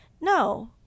no